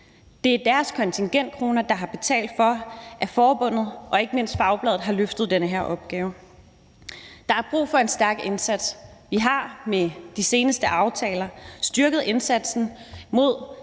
Det er deres kontingentkroner, der har betalt for, at forbundet og ikke mindst fagbladet har løftet den her opgave. Der er brug for en stærk indsats. Vi har med de seneste aftaler styrket indsatsen mod